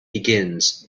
begins